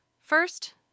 First